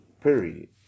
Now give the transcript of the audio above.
period